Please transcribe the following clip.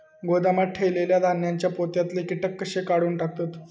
गोदामात ठेयलेल्या धान्यांच्या पोत्यातले कीटक कशे काढून टाकतत?